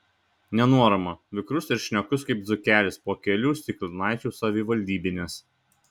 nenuorama vikrus ir šnekus kaip dzūkelis po kelių stiklinaičių savivaldybinės